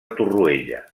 torroella